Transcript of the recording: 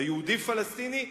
היהודי-פלסטיני,